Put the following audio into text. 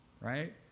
right